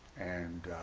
and